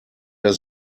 der